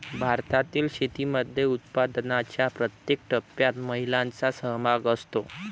भारतातील शेतीमध्ये उत्पादनाच्या प्रत्येक टप्प्यात महिलांचा सहभाग असतो